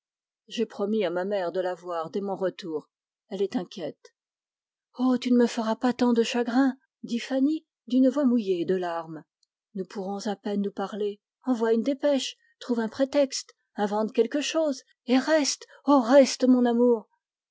j'ai promis à ma mère de la voir dès mon retour elle est inquiète oh tu ne me feras pas tant de chagrin dit fanny d'une voix mouillée de larmes nous pourrons à peine nous parler envoie une dépêche trouve un prétexte invente quelque chose et reste oh reste mon amour